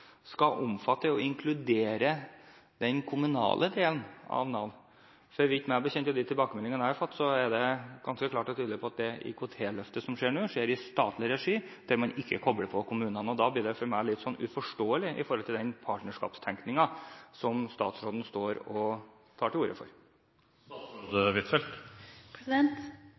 skal omfatte og inkludere den kommunale delen av Nav? Så vidt jeg vet og ifølge de tilbakemeldingene jeg har fått, er det ganske klart at det IKT-løftet som skjer nå, skjer i statlig regi, der man ikke kobler på kommunene. Det blir da litt uforståelig for meg når det gjelder partnerskapstenkningen som statsråden tar til orde